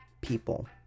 people